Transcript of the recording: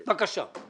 בבקשה.